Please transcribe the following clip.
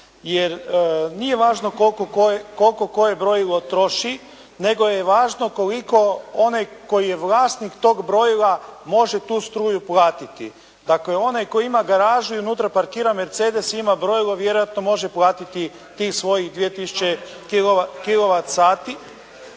Jer nije važno koliko koje brojilo troši, nego je važno koliko onaj koji je vlasnik tog brojila može tu struju platiti. Dakle, onaj koji ima garažu i unutra parkira Mercedes ima brojilo, vjerojatno može platiti tih svojih 2000